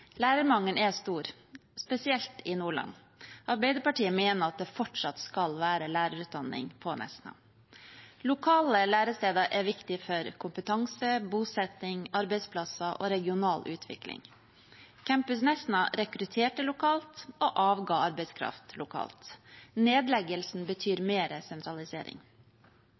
Lærermangelen er stor, spesielt i Nordland. Arbeiderpartiet mener at det fortsatt skal være lærerutdanning på Nesna. Lokale læresteder er viktig for kompetanse, bosetting, arbeidsplasser og regional utvikling. Campus Nesna rekrutterte lokalt og avga arbeidskraft lokalt. Nedleggelsen betyr mer sentralisering.